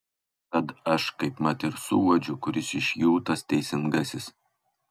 tad aš kaipmat ir suuodžiu kuris iš jų tas teisingasis